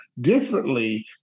differently